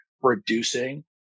reducing